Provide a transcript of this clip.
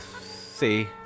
See